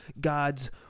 God's